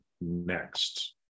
next